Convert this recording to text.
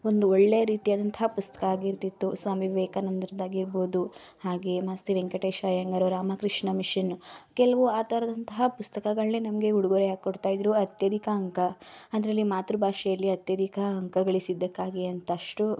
ಒಂದು ಒಳ್ಳೆಯ ರೀತಿಯಾದಂತಹ ಪುಸ್ತಕ ಆಗಿರ್ತಿತ್ತು ಸ್ವಾಮಿ ವಿವೇಕಾನಂದರದು ಆಗಿರ್ಬೋದು ಹಾಗೆಯೇ ಮಾಸ್ತಿ ವೆಂಕಟೇಶ ಅಯ್ಯಂಗಾರವರ ರಾಮಕೃಷ್ಣ ಮಿಷನ್ ಕೆಲವು ಆ ಥರದಂತಹ ಪುಸ್ತಕಗಳನ್ನೇ ನಮಗೆ ಉಡುಗೊರೆಯಾಗಿ ಕೊಡ್ತಾಯಿದ್ರು ಅತ್ಯಧಿಕ ಅಂಕ ಅದರಲ್ಲಿ ಮಾತೃಭಾಷೆಯಲ್ಲಿ ಅತ್ಯಧಿಕ ಅಂಕ ಗಳಿಸಿದ್ದಕ್ಕಾಗಿ ಅಂತಷ್ಟು